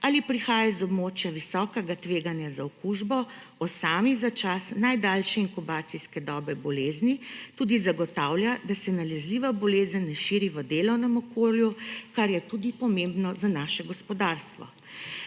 ali prihaja iz območja visokega tveganja za okužbo, osami za čas najdaljše inkubacijske dobe bolezni, tudi zagotavlja, da se nalezljiva bolezen ne širi v delovnem okolju, kar je tudi pomembno za naše gospodarstvo.